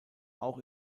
auch